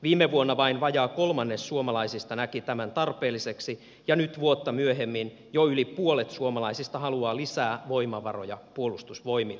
viime vuonna vain vajaa kolmannes suomalaisista näki tämän tarpeelliseksi ja nyt vuotta myöhemmin jo yli puolet suomalaisista haluaa lisää voimavaroja puolustusvoimille